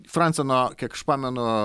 franceno kiek aš pamenu